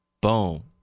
boom